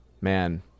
man